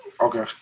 Okay